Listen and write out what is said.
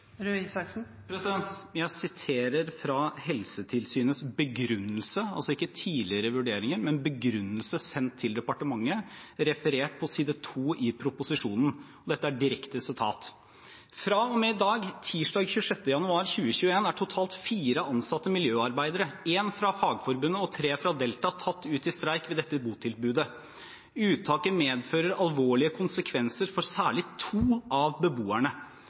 Jeg siterer fra Helsetilsynets begrunnelse, altså ikke tidligere vurderinger, men begrunnelsen sendt til departementet, referert på side 2 i proposisjonen, og dette er direkte sitat: «Fra og med i dag, tirsdag 26. januar 2021 er totalt 4 ansatte miljøarbeidere tatt ut i streik ved dette botilbudet. Uttaket medfører alvorlige konsekvenser for særlig to av beboerne.